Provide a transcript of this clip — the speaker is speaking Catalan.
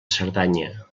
cerdanya